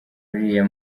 uriya